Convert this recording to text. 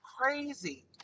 crazy